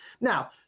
Now